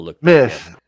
Miss